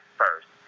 first